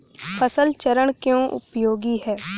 फसल चरण क्यों उपयोगी है?